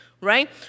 right